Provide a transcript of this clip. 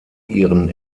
ihren